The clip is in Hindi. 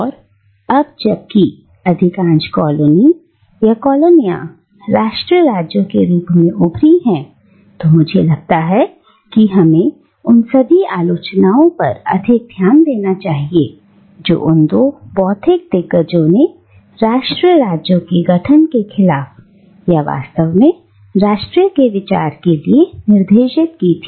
और अब अब जबकि अधिकांश कॉलोनी या कॉलोनिया राष्ट्र राज्यों के रूप में उभरी हैं तो मुझे लगता है कि हमें उन सभी आलोचनाओं पर अधिक ध्यान देना चाहिए जो उन दो बौद्धिक दिग्गजों ने राष्ट्र राज्यों के गठन के खिलाफ या वास्तव में राष्ट्रीय के विचार के लिए निर्देशित की है